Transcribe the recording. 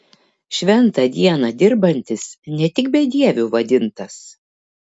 šventą dieną dirbantis ne tik bedieviu vadintas